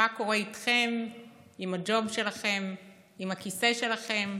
מה קורה איתכם, עם הג'וב שלכם, עם הכיסא שלכם.